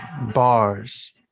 bars